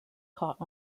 caught